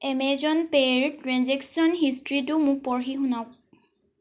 Amazon পে'ৰ transaction হিষ্ট্ৰীটো মোক পঢ়ি শুনাওক